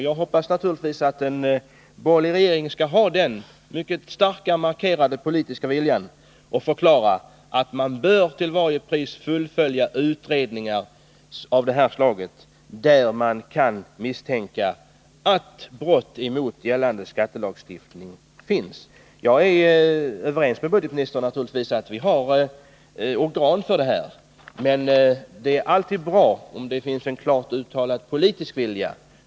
Jag hoppas naturligtvis att en borgerlig regering skall ha den mycket starkt markerade politiska viljan och att man förklarar att utredningar av det här slaget till varje pris bör fullföljas, när brott mot gällande skattelagstiftning kan misstänkas. Jag är naturligtvis överens med budgetministern om att det finns särskilda organ för detta, men det är alltid bra om det också finns en klart uttalad politisk vilja.